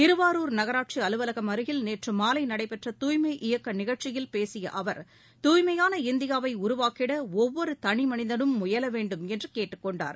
திருவாரூர் நகராட்சி அலுவலகம் அருகில் நேற்று மாலை நடைபெற்ற தூய்மை இயக்க நிகழ்ச்சியில் பேசிய அவர் தூய்மையான இந்தியாவை உருவாக்கிட ஒவ்வொரு தனிமனிதனும் முயல வேண்டுமென்று கேட்டுக் கொண்டார்